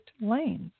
lanes